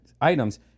items